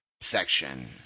section